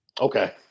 Okay